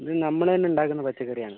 ഇത് നമ്മൾ തന്നെ ഉണ്ടാക്കുന്ന പച്ചക്കറിയാണ്